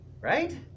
right